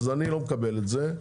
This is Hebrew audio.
אז אני לא מקבל את זה.